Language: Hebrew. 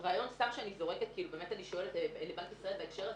סתם רעיון שאני זורקת ואני שואלת את בנק ישראל בהקשר הזה.